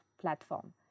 platform